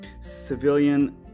civilian